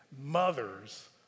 mothers